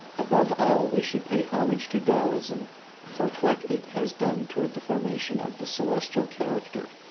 above all we should pay homage to taoism for what it has done toward the formation of the celestial character,